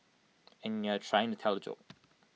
and you're trying to tell A joke